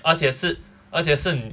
而且是而且是 n~